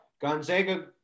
Gonzaga